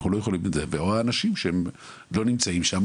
או האנשים שלא נמצאים שם,